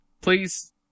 please